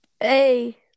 Hey